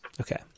Okay